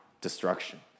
destruction